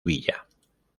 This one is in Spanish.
villa